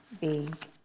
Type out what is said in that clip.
big